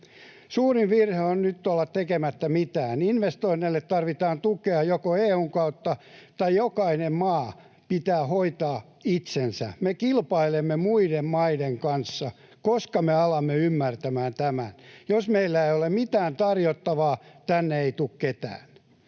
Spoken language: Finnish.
Suurin virhe on nyt olla tekemättä mitään. Investoinneille joko tarvitaan tukea EU:n kautta tai jokaisen maan pitää hoitaa itsensä. Me kilpailemme muiden maiden kanssa. Koska me alamme ymmärtämään tämän? Jos meillä ei ole mitään tarjottavaa, tänne ei tule ketään.